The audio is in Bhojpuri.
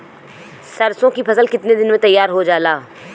सरसों की फसल कितने दिन में तैयार हो जाला?